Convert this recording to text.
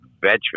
veteran